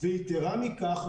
ויתירה מכך,